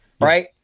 right